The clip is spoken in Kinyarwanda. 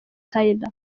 taylor